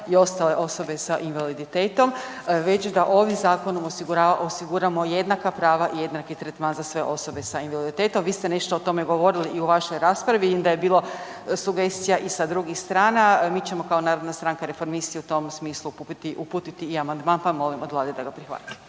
i ostale osobe s invaliditetom, već da ovim zakonom osiguramo jednaka prava i jednaki tretman za sve osobe sa invaliditetom, vi ste nešto o tome govorili i u vašoj raspravi, vidim da je bilo sugestija i sa drugih strana. Mi ćemo kao narodna stranka-reformisti u tom smislu uputiti i amandman pa molim od Vlade da ga prihvati.